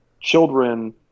children